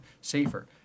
safer